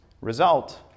result